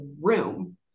room